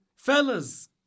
Fellas